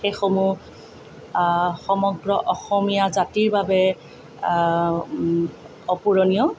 সেইসমূহ সমগ্ৰ অসমীয়া জাতিৰ বাবে অপূৰণীয়